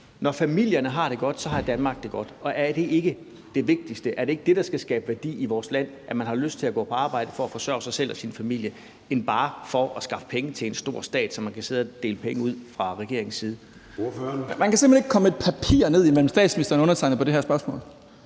Når familierne har det godt, har Danmark det godt. Og er det ikke det vigtigste, og er det ikke det, der skal skabe værdi i vores land, at man har lyst til at gå på arbejde for at forsørge sig selv og sin familie og ikke bare for at skaffe penge til en stor stat, så man kan sidde og dele penge ud fra regeringens side? Kl. 09:28 Formanden (Søren Gade): Ordføreren. Kl.